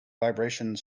vibrations